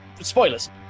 Spoilers